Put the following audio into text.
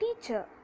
Teacher